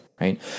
right